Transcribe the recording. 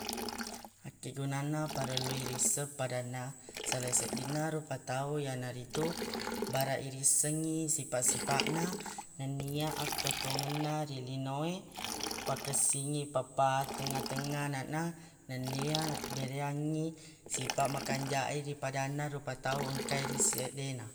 Akkigunanna parellu irisseng padanna sala seddinna rupa tau yanaritu baraq irissengngi sipaq-sipaq na nennia akketongenna ri lino e pakessingi papatengnga-tengnga ananaq na nennia nabbereangngi sipaq makanjae ri padanna rupa tau engkae ri seddena